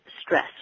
stress